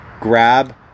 grab